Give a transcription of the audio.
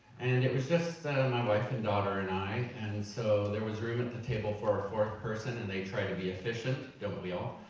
and it was just my wife, and daughter and i, and so there was room at the table for a fourth person. and they try to be efficient, don't we all?